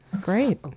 Great